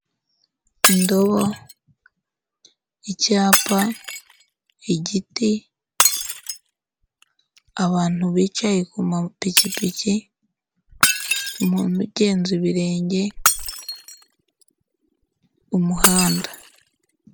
Indobo, icyapa, igiti, abantu bicaye ku mapikipiki, umuntu ugenza ibirenge, umuhanda.